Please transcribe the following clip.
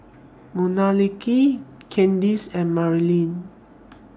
Manuelita Kandice and Marilyn